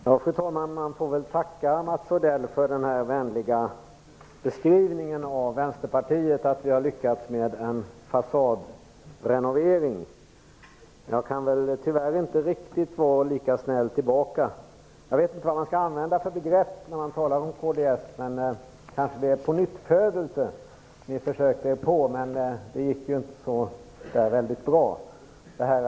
Fru talman! Man får väl tacka Mats Odell för den vänliga beskrivningen av Vänsterpartiet, att vi har lyckats med en fasadrenovering. Jag kan tyvärr inte riktigt vara lika snäll tillbaka. Jag vet inte vad man skall använda för begrepp när man talar om kds. Kanske var det en pånyttfödelse ni försökte er på, men det gick ju inte så väldigt bra.